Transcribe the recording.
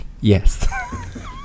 Yes